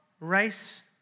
race